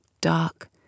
dark